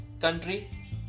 country